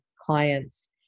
clients